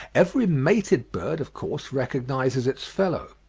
every mated bird, of course, recognises its fellow.